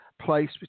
place